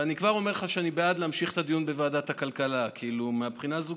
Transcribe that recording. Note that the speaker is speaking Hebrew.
ואני כבר אומר לך שאני בעד להמשיך את הדיון בוועדת הכלכלה מהבחינה הזאת,